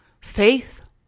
Faith